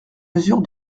mesure